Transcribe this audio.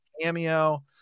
cameo